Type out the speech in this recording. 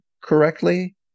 correctly